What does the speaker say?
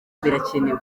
birakenewe